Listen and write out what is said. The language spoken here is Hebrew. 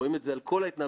ועוד ממשיכה איתנו,